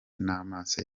n’amaso